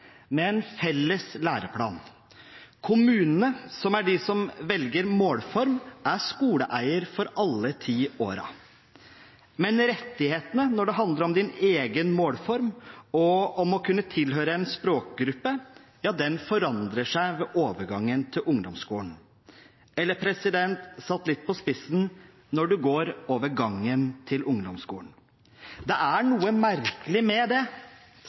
med en felles læreplan. Kommunene, som er de som velger målform, er skoleeier for alle de ti årene, men rettighetene når det handler om egen målform og om å kunne tilhøre en språkgruppe, forandrer seg ved overgangen til ungdomsskolen – eller satt litt på spissen: når en går over gangen, til ungdomsskolen. Det er noe merkelig med det.